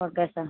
okay sir